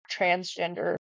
transgender